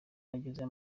nagezeyo